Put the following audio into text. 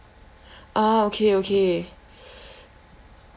ah okay okay